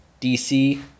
DC